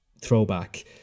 throwback